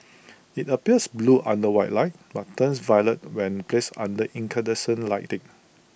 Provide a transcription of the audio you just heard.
IT appears blue under white light but turns violet when placed under incandescent lighting